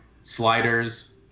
Sliders